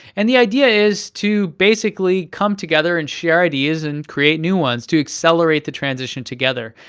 and the idea is to basically come together and share ideas and create new ones, to accelerate the transition together.